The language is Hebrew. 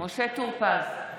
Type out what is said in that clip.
משה טור פז.